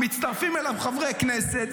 מצטרפים אליו חברי כנסת,